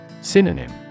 Synonym